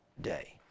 day